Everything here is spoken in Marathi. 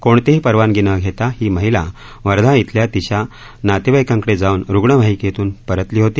कोणतीही परवानगी न घेता ही महिला वर्धा इथल्या तिच्या नातेवाईकांकडे जाऊन रुग्णवाहिकेतून परतली होती